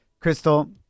Crystal